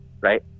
right